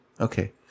Okay